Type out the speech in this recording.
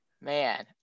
Man